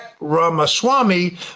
Ramaswamy